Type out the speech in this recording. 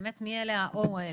באמת, מי אלה ה-O האלה?